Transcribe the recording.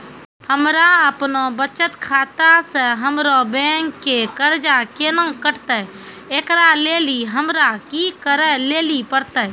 हमरा आपनौ बचत खाता से हमरौ बैंक के कर्जा केना कटतै ऐकरा लेली हमरा कि करै लेली परतै?